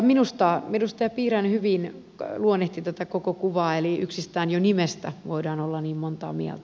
minusta edustaja piirainen hyvin luonnehti tätä koko kuvaa eli yksin jo nimestä voidaan olla niin montaa mieltä